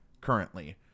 currently